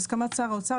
בהסכמת שר האוצר,